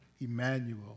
Emmanuel